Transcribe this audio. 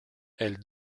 elle